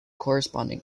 corresponding